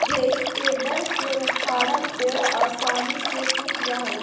हेइ टेडर से उखाड़ल पेड़ आसानी से सूख जा हई